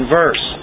verse